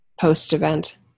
post-event